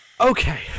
Okay